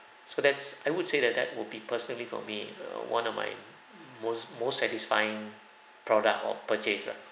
so that's I would say that that would be personally for me err one of my most most satisfying product or purchase ah